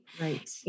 Right